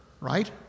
right